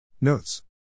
Notes